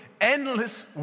endless